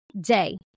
day